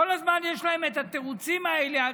כל הזמן יש להם את התירוצים האלה.